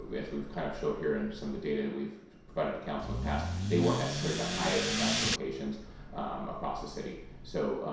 as we've kind of showed here in some of the data we've provided to council in the past, they weren't necessarily the highest crash locations across the city. so